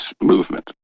movement